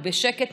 ובשקט,